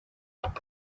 uko